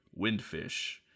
windfish